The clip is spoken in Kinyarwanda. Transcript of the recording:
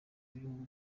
bihugu